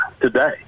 today